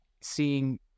seeing